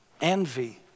envy